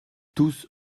tous